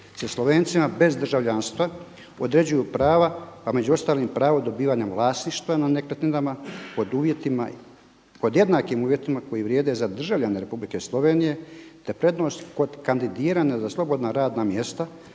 se „Slovencima bez državljanstva određuju prava pa među ostalim pravo dobivanja vlasništva nad nekretninama pod jednakim uvjetima koji vrijede za državljane Republike Slovenije, te prednost kod kandidiranja za slobodna radna mjesta